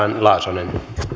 laasonen